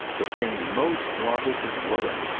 the thing most wanted at woollett.